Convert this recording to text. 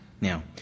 Now